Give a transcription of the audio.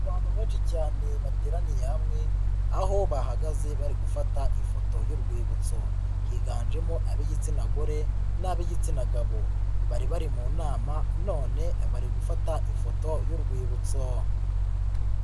Abantu benshi cyane bateraniye hamwe aho bahagaze bari gufata ifoto y'urwibutso higanjemo ab'igitsina gore n'ab'igitsina gabo, bari bari mu nama none bari gufata ifoto y'urwibutso.